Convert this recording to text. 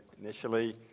initially